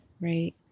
right